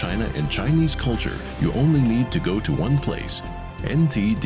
china in chinese culture you only need to go to one place and